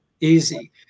Easy